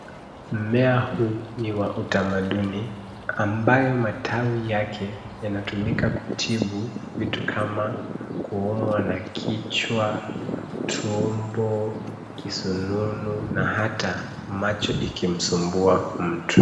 Mmea huu ni wa utamaduni ambayo matawi yake yanatumika kutibu vitu kama kuumwa na kichwa, tumbo kisonono na hata macho ikimsumbua mtu.